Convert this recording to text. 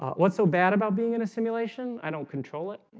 what's so bad about being in a simulation? i don't control it